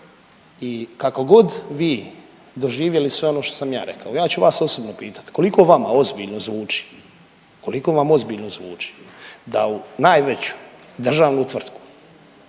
I kako god vi doživjeli sve ono što sam ja rekao ja ću vas osobno pitati koliko vama ozbiljno zvuči, koliko vam ozbiljno zvuči da u najveću državnu tvrtku